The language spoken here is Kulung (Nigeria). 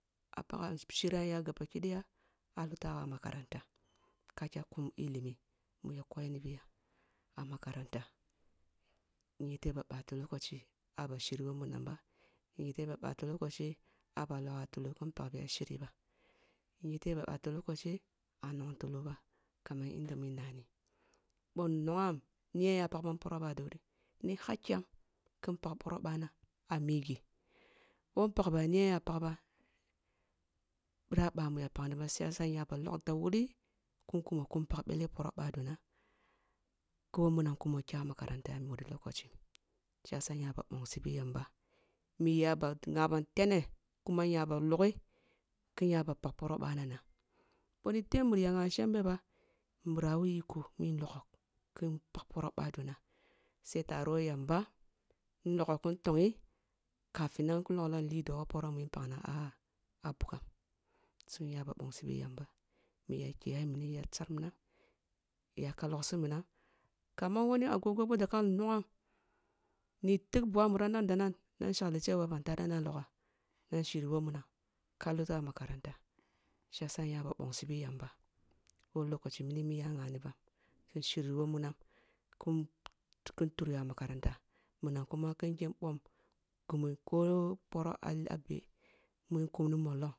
Ah pagha shirya ya gaba ki daya ah lutah makaranta ka kya kum ilimi muya koyi ni bi ya ah makaranta nyete ba bati lokachi a bah shiryi ni bib a nyete ba bati lokachi a bah logha tulo kin pag biya shiri ba nyeto ba ъati lokashi ah tulo ba kaman yand ъa min nani ъoh nnongham ni yen yah pagbam porali mani nari ni hakyam kin pag poro bahna ah mah ghe bou neag ba ni yen ya pag bam bira ъama ya pag ba shi yasa nya log da wuri kin kumo kin pag ъele poroh ъado nah ki wh munam kumo ki kya makaranta a muri lokochii shi yasa nya ba bongsi yamba min iya ba ngha bam tone kuma nya ba logho ken nya ba pag poroh bah nana ъoh ni the mun ya ngha bam shembe ba nbira who ko mun logho kin pag poroh ъahdo na sai taro who yamba nlogho kin ntongh’i kafin nan kin log lo tidua who poroh mi npagni ah-ah bugham so nya ba bongsi bi yamba mi iya ka logsi minam kam wane agogo boh daka nlogham ni tig bogha muram nan danan na shagli chewa ban tare nan logha nan shiryi who munam ka lutah makaranta shi yasa nga ba bongsi bi yamba ko lokachi mini mi ya ngha ni bam kin shiryi wooh munam ka kya makaranta minam kuma kin ъom ghimu koh poroh ah-ah beh mu nkum ni mollong